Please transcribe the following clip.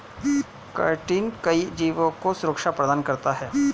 chitin कई जीवों को सुरक्षा प्रदान करता है